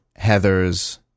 Heathers